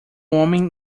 homem